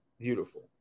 beautiful